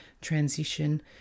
transition